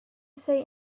say